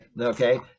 Okay